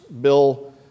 Bill